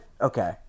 Okay